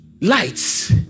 Lights